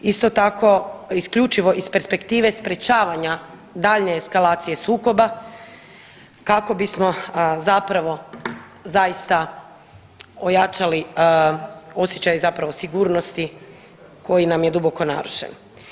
Isto tako isključivo iz perspektive sprečavanja daljnje eskalacije sukoba kako bismo zapravo zaista ojačali osjećaj sigurnosti koji nam je duboko narušen.